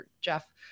Jeff